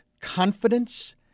confidence